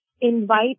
invite